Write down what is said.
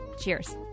Cheers